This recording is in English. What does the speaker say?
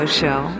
show